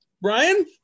brian